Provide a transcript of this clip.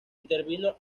intervino